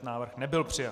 Návrh nebyl přijat.